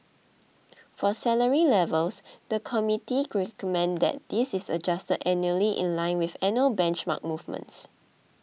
for salary levels the committee recommended that this is adjusted annually in line with annual benchmark movements